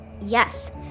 Yes